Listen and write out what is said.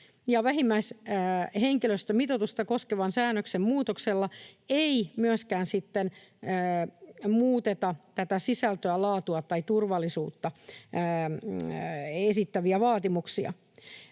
Vähimmäishenkilöstömitoitusta koskevan säännöksen muutoksella ei myöskään sitten muuteta näitä sisältöä, laatua tai turvallisuutta esittäviä vaatimuksia.